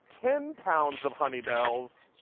ten pounds of honey bells.